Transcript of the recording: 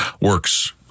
works